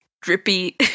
drippy